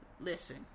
listen